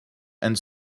and